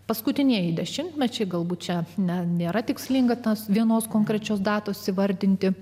paskutinieji dešimtmečiai galbūt čia net nėra tikslinga tos vienos konkrečios datos įvardinti